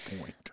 point